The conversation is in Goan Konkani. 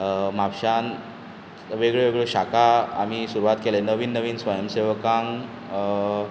म्हापशांत वेगळ्यो वेगळ्यो शाखा आमी सुरवात केले नवीन नवीन स्वयं सेवकांक